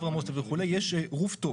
יש roof top,